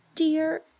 Dear